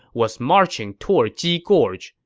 was marching toward ji gorge.